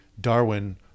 Darwin